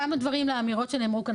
כמה דברים לגבי האמירות שנאמרו כאן.